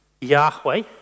Yahweh